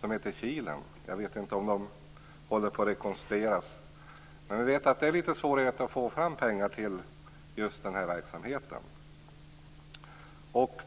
Den hette Kilen. Jag vet inte om den håller på att rekonstrueras. Vi vet att det finns svårigheter med att få fram pengar till just denna verksamhet.